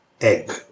egg